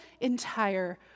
entire